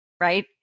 right